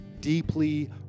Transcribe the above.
deeply